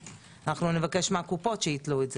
נבקש מהקופות שיתלו את זה.